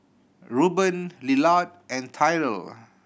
Ruben Lillard and Tyrel